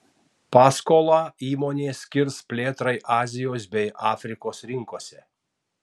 paskolą įmonė skirs plėtrai azijos bei afrikos rinkose